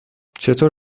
چطور